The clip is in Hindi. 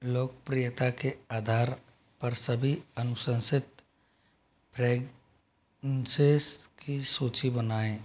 लोकप्रियता के आधार पर सभी अनुशंसित फ्रेगइन्सेस की सूची बनाएँ